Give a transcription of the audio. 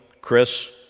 Chris